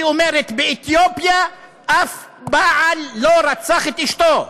היא אומרת: באתיופיה שום בעל לא רצח את אשתו.